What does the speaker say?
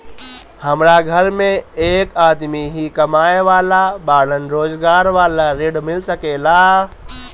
हमरा घर में एक आदमी ही कमाए वाला बाड़न रोजगार वाला ऋण मिल सके ला?